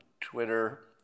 Twitter